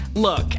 look